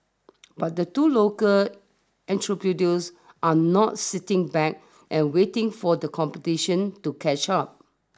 but the two local entrepreneurs are not sitting back and waiting for the competition to catch up